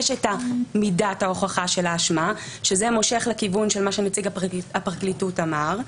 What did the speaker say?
יש את מידת ההוכחה של האשמה שזה מושך לכיוון של מה שנציג הפרקליטות אמר,